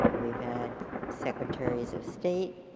we've had secretaries of state,